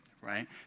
right